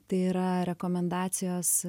tai yra rekomendacijos